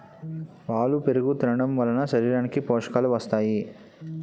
పాలు పెరుగు తినడంవలన శరీరానికి పోషకాలు వస్తాయి